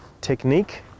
technique